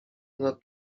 ponad